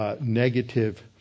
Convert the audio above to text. negative